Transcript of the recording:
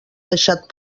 deixat